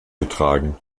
getragen